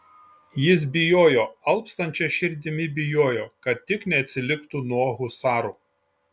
jis bijojo alpstančia širdimi bijojo kad tik neatsiliktų nuo husarų